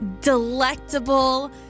delectable